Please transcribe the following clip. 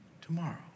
Tomorrow